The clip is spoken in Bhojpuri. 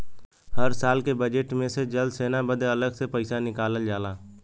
हर साल के बजेट मे से जल सेना बदे अलग से पइसा निकालल जाला